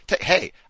Hey